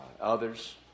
Others